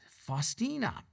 Faustina